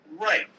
Right